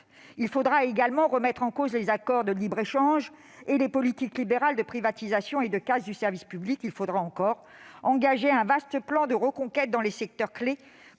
Il faudrait également remettre en cause les accords de libre-échange et les politiques libérales de privatisation et de casse du service public ; engager un vaste plan de reconquête dans les secteurs clés